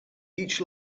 each